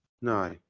no